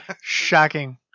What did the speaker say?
Shocking